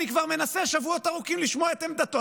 אני כבר מנסה שבועות ארוכים לשמוע את עמדתו,